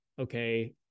okay